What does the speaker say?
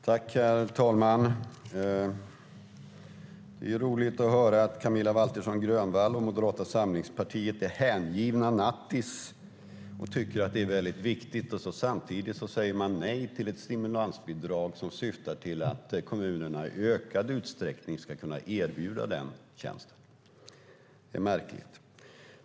Herr talman! Det är roligt att höra att Camilla Waltersson Grönvall och Moderata samlingspartiet är hängivna nattis och tycker att det är viktigt. Samtidigt säger de nej till ett stimulansbidrag som syftar till att kommunerna i ökad utsträckning ska kunna erbjuda denna tjänst. Det är märkligt.